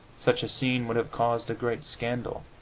such a scene would have caused a great scandal